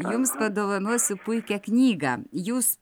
jums padovanosiu puikią knygą jūs